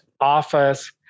Office